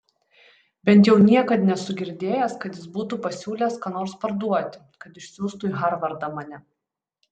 bent jau niekad nesu girdėjęs kad jis būtų pasiūlęs ką nors parduoti kad išsiųstų į harvardą mane